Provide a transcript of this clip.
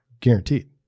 Guaranteed